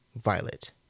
violet